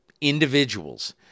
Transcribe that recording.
individuals